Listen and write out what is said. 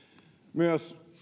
myös